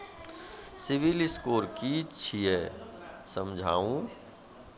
Civil score कि छियै समझाऊ?